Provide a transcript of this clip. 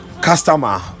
customer